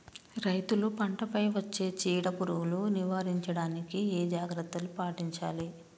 రైతులు పంట పై వచ్చే చీడ పురుగులు నివారించడానికి ఏ జాగ్రత్తలు పాటించాలి?